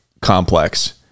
complex